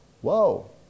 Whoa